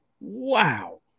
Wow